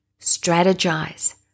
strategize